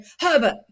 Herbert